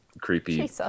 creepy